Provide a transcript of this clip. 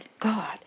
God